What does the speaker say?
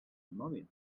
immòbil